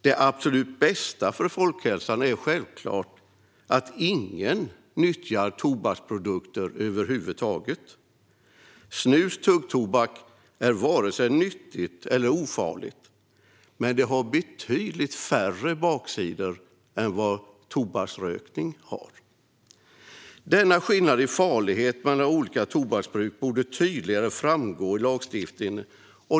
Det absolut bästa för folkhälsan är självklart att ingen nyttjar tobaksprodukter över huvud taget. Snus och tuggtobak är varken nyttigt eller ofarligt, men de har betydligt färre baksidor än röktobak. Denna skillnad i farlighet mellan olika tobaksbruk borde framgå tydligare i lagstiftningen.